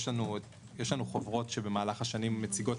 יש לנו חוברות שבמהלך השנים מציגות.